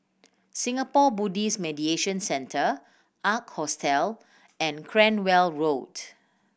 Singapore Buddhist Meditation Centre Ark Hostel and Cranwell Road